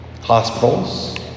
hospitals